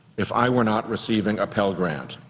if i were not receiving a pell grant.